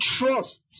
trust